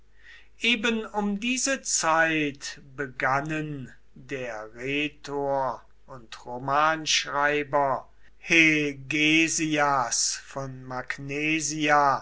eben um diese zeit begannen der rhetor und romanschreiber hegesias von magnesia